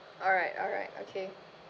alright alright okay